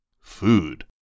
food